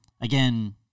Again